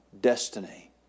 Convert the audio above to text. destiny